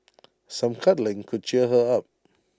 some cuddling could cheer her up